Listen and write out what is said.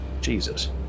jesus